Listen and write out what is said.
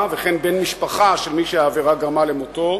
וכן בן משפחה של מי שהעבירה גרמה למותו.